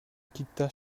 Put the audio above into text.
kita